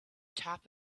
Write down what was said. top